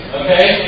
okay